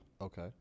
Okay